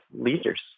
leaders